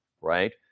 right